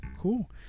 Cool